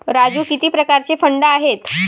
राजू किती प्रकारचे फंड आहेत?